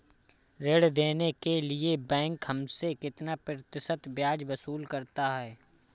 ऋण देने के लिए बैंक हमसे कितना प्रतिशत ब्याज वसूल करता है?